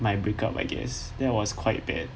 my breakup I guess that was quite bad